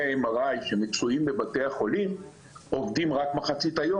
ה-MRI שמצויים בבתי החולים עובדים רק מחצית היום,